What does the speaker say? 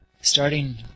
Starting